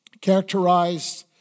characterized